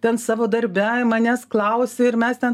ten savo darbe manęs klausi ir mes ten